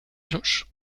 cloches